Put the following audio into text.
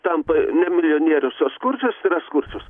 tampa ne milijonierius o skurdžius yra skurdžius